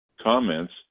comments